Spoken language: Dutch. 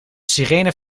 sirene